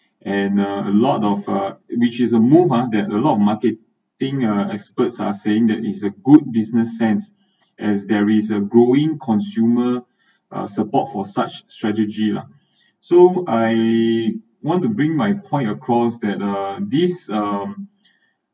and uh a lot of uh which is a move ah that a lot of market think uh experts are saying that is a good business sense as there is a growing consumer are support for such strategy lah so I want to bring my point across that uh this um